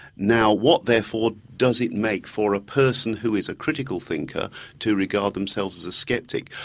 now what therefore does it make for a person who is a critical thinker to regard themselves as a skeptic?